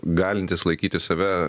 galintis laikyti save